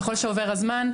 ככל שעובר הזמן,